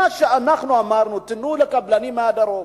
מה שאנחנו אמרנו: תנו לקבלנים מהדרום